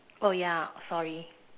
oh yeah sorry